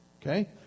Okay